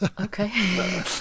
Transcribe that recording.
Okay